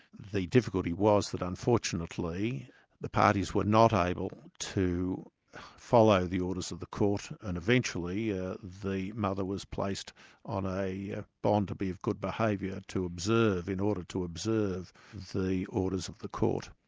the difficulty was that unfortunately the parties were not able to follow the orders of the court, and eventually ah the mother was placed on a ah bond to be of good behaviour to observe, in order to observe the orders of the court.